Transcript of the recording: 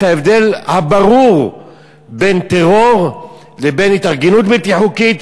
ההבדל הברור בין טרור לבין התארגנות בלתי חוקית.